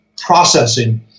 processing